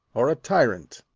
or a tyrant?